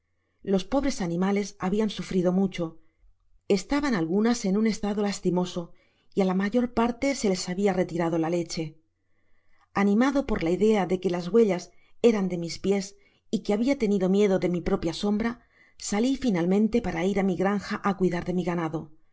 los pobres animales habian sufrido mucho estaban algunas en un estado lastimose y á la mayor parte se les habia retirado la leche animado por la idea de que las huellas eran de mis pies y que habia tenido miedo de mi propia sombra salí finalmente para ir á mi granja á cuidar de mi ganado